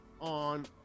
on